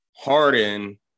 Harden